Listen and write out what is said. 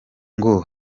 ngo